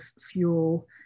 fuel